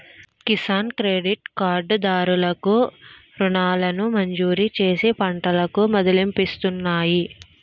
Kisan credit card దారులు కు రుణాలను మంజూరుచేసి పంటలకు మదుపులిస్తున్నాయి